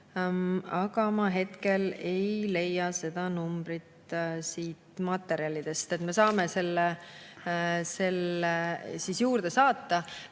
aga ma hetkel ei leia seda numbrit siit materjalidest. Me saame selle juurde saata.